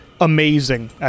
amazing